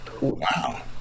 wow